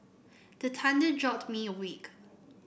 the thunder jolt me awake